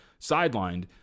sidelined